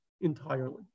entirely